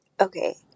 Okay